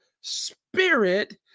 Spirit